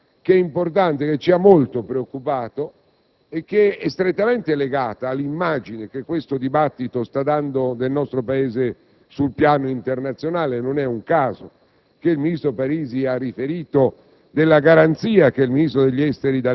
Vedete, signor Presidente, signor Ministro c'è anche una derivata importante, che ci ha molto preoccupato, e che è strettamente legata all'immagine che questo dibattito sta dando del nostro Paese sul piano internazionale: non è un caso